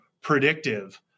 predictive